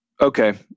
Okay